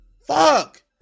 Fuck